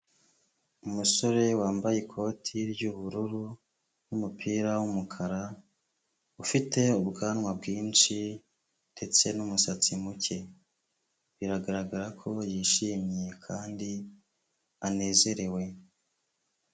Umusore wambaye ikoti ry'ubururu n'umupira w'umukara, ufite ubwanwa bwinshi ndetse n'umusatsi muke, biragaragara ko yishimye kandi anezerewe.